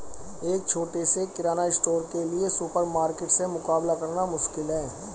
एक छोटे से किराना स्टोर के लिए सुपरमार्केट से मुकाबला करना मुश्किल है